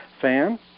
fan